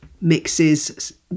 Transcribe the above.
mixes